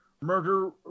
Murder